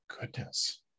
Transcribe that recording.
goodness